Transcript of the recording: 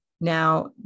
Now